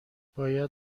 باید